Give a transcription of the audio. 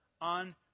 on